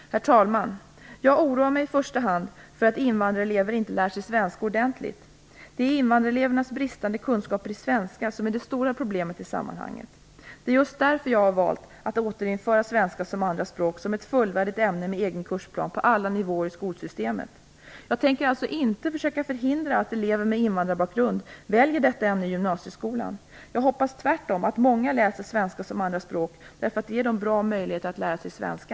Herr talman! Jag oroar mig i första hand för att invandrarelever inte lär sig svenska ordentligt. Det är invandrarelevernas bristande kunskaper i svenska som är det stora problemet i sammanhanget. Det är just därför som jag har valt att återinföra svenska som andraspråk som ett fullvärdigt ämne med egen kursplan på alla nivåer i skolsystemet. Jag tänker alltså inte försöka förhindra att elever med invandrarbakgrund väljer detta ämne i gymnasieskolan. Jag hoppas tvärtom att många läser svenska som andraspråk därför att det ger dem bra möjligheter att lära sig svenska.